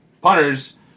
punters